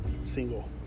single